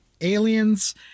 aliens